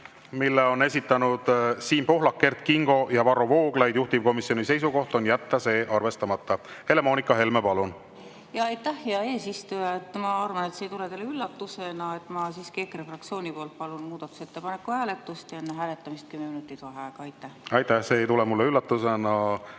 mille on esitanud Siim Pohlak, Kert Kingo ja Varro Vooglaid. Juhtivkomisjoni seisukoht on jätta see arvestamata. Helle-Moonika Helme, palun! Aitäh, hea eesistuja! Ma arvan, et see ei tule teile üllatusena, et ma siiski EKRE fraktsiooni poolt palun muudatusettepaneku hääletust ja enne hääletamist kümme minutit vaheaega. Aitäh, hea eesistuja!